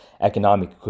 economic